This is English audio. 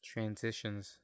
Transitions